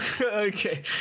Okay